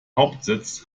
hauptsitz